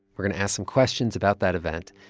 we're going to ask some questions about that event.